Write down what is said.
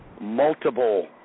multiple